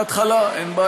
תקריא שאני אשמע.